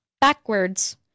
backwards